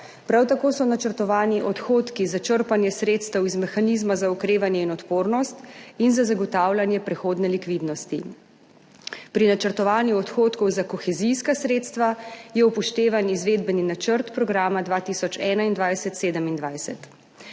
Prav tako so načrtovani odhodki za črpanje sredstev iz mehanizma za okrevanje in odpornost in za zagotavljanje prehodne likvidnosti. Pri načrtovanju odhodkov za kohezijska sredstva je upoštevan izvedbeni načrt programa 2021-2027.